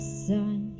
sun